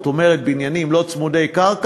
זאת אומרת בניינים לא צמודי-קרקע,